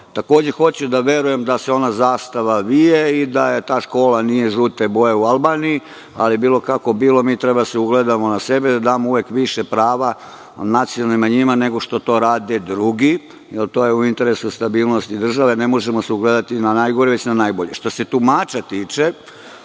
zone. Takođe, hoću da verujem da se ona zastava vije i da ta škola nije žute boje u Albaniji. Bilo kako bilo, mi treba da se ugledamo na sebe i da damo uvek više prava nacionalnim manjinama nego što to rade drugi, jer to je u interesu stabilnosti države. Ne možemo se ugledati na najgore, već na najbolje. Što se tumača tiče,